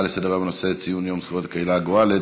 לסדר-היום בנושא ציון יום זכויות לקהילה הגאה?